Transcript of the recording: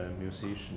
musician